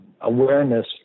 awareness